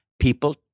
people